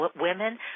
women